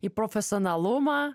į profesionalumą